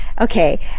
Okay